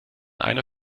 einer